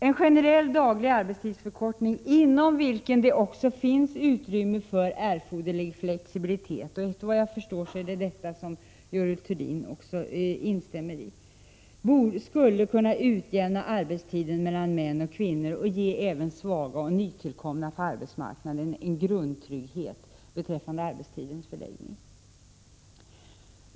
En generell daglig arbetstidsförkortning, inom vilken det också finns utrymme för erforderlig flexibilitet — enligt vad jag förstår instämmer Görel Thurdin också i det — skulle kunna utjämna arbetstiden mellan kvinnor och män och ge även svaga och nytillkomna på arbetsmarknaden en grundtrygghet.